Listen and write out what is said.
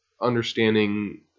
understanding